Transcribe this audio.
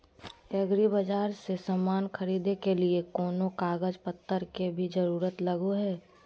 एग्रीबाजार से समान खरीदे के लिए कोनो कागज पतर के भी जरूरत लगो है?